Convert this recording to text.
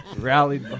Rallied